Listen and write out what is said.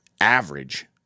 average